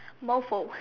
moto